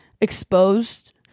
exposed